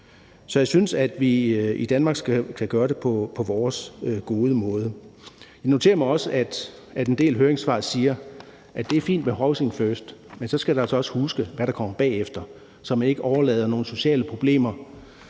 Så jeg synes, at vi i Danmark skal gøre det på vores gode måde. Jeg noterer mig også, at en del høringssvar siger, at det er fint med housing first, men så skal man altså også huske, hvad der kommer bagefter, så man ikke overlader nogle sociale problemer